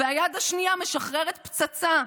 והיד השנייה משחררת פצצה,